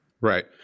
right